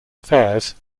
affairs